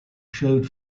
showed